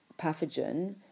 pathogen